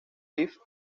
riff